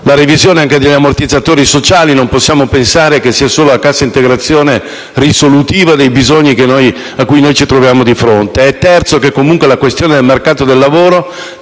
revisione degli ammortizzatori sociali: non possiamo pensare che sia solo la cassa integrazione risolutiva dei bisogni che ci troviamo di fronte. Il terzo è che comunque la questione del mercato lavoro